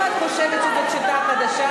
אם את חושבת שזאת שיטה חדשה,